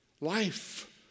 life